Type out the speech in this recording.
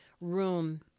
room